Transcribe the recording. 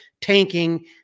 tanking